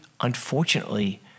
unfortunately